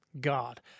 God